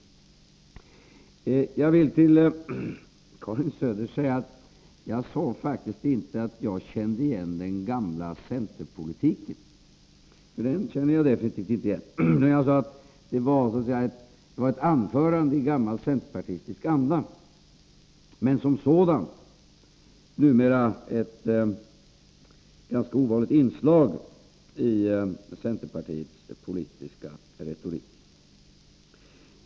Jag sade faktiskt inte, Karin Söder, att jag kände igen den gamla centerpolitiken. Den kände jag definitivt inte igen. Vad jag sade var att Karin Söder höll ett anförande i gammal centerpartistisk anda. Det är numera ett ganska ovanligt inslag i centerpartiets politiska retorik.